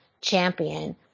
Champion